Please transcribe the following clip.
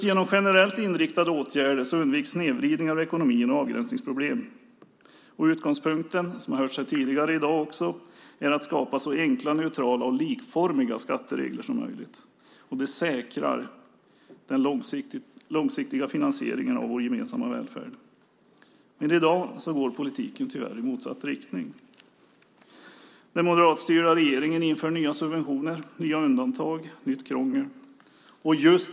Genom generellt inriktade åtgärder undviks snedvridning av ekonomin och avgränsningsproblem. Utgångspunkten, som har hörts här tidigare i dag, är att skapa så enkla, neutrala och likformiga skatteregler som möjligt. Det säkrar den långsiktiga finansieringen av vår gemensamma välfärd. I dag går politiken tyvärr i motsatt riktning. Den moderatstyrda regeringen inför nya subventioner, nya undantag och nytt krångel.